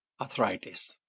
arthritis